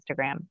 Instagram